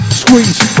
squeeze